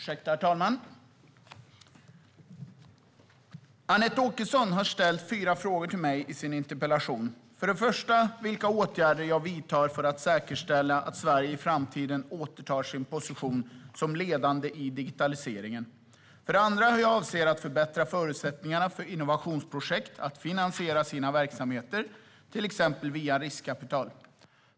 Herr talman! Anette Åkesson har ställt fyra frågor till mig i sin interpellation. För det första frågar hon vilka åtgärder jag vidtar för att säkerställa att Sverige i framtiden återtar sin position som ledande i digitaliseringen. För det andra undrar Anette Åkesson hur jag avser att förbättra förutsättningarna för innovationsprojekt att finansiera sina verksamheter, till exempel via riskkapital.